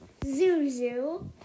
Zuzu